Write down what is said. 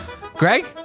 greg